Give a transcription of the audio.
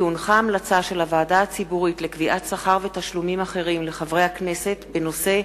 המלצה של הוועדה הציבורית לקביעת שכר ותשלומים אחרים לחברי הכנסת בנושא: